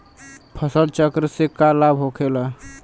फसल चक्र से का लाभ होखेला?